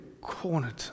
cornered